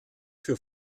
für